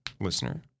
listener